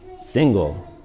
single